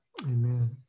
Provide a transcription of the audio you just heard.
Amen